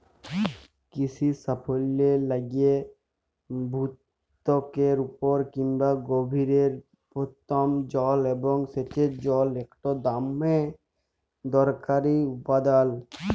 কিসির সাফল্যের লাইগে ভূত্বকের উপরে কিংবা গভীরের ভওম জল এবং সেঁচের জল ইকট দমে দরকারি উপাদাল